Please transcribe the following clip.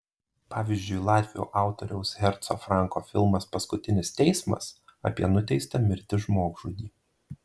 pavyzdžiui latvių autoriaus herco franko filmas paskutinis teismas apie nuteistą mirti žmogžudį